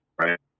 right